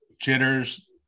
jitters